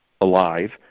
alive